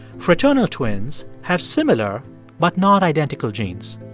fraternal twins have similar but not identical genes.